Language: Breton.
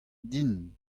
din